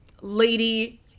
lady